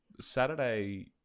Saturday